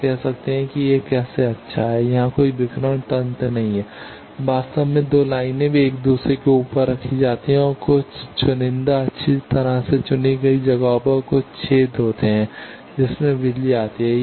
आप कह सकते हैं कि यह कैसे अच्छा है यहां कोई विकिरण तंत्र नहीं है वास्तव में 2 लाइनें वे एक दूसरे के ऊपर रखी जाती हैं और कुछ चुनिंदा अच्छी तरह से चुनी गई जगहों पर कुछ छेद होते हैं जिससे बिजली आती है